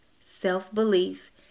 self-belief